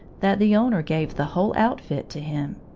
that the owner gave the whole outfit to him.